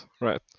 right